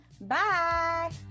Bye